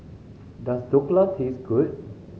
does Dhokla taste good